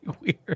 weird